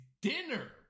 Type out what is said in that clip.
dinner